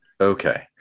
Okay